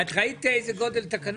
את ראית איזה גודל התקנות?